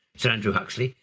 sir andrew huxley,